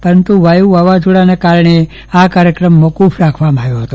પરંતુ વાયુ સાયકલોનને કારણે આ કાર્યક્રમ મોકૂકં રાખવામાં આવ્યો હતો